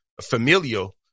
familial